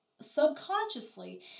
subconsciously